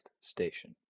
station